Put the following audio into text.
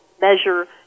measure